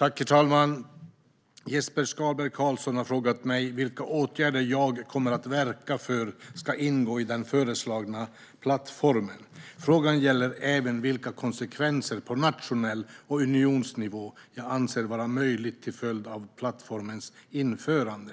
Herr talman! Jesper Skalberg Karlsson har frågat mig vilka åtgärder jag kommer att verka för ska ingå i den föreslagna plattformen. Frågan gäller även vilka konsekvenser på nationell nivå och unionsnivå jag anser vara möjliga till följd av plattformens införande.